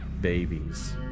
babies